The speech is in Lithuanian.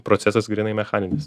procesas grynai mechaninis